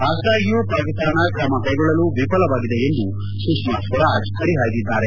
ಅಷ್ಲಾಗಿಯೂ ಪಾಕಿಸ್ತಾನ ಕ್ರಮ ಕ್ಲೆಗೊಳ್ಳಲು ವಿಫಲವಾಗಿದೆ ಎಂದು ಸುಷ್ನಾ ಸ್ವರಾಜ್ ಹರಿಹಾಯ್ದಿದ್ದಾರೆ